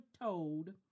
told